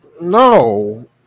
No